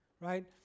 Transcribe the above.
right